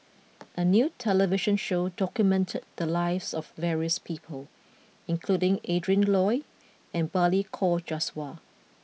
a new television show documented the lives of various people including Adrin Loi and Balli Kaur Jaswal